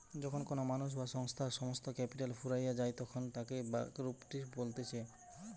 যখন কোনো মানুষ বা সংস্থার সমস্ত ক্যাপিটাল ফুরাইয়া যায়তখন তাকে ব্যাংকরূপটিসি বলতিছে